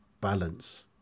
balance